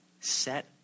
set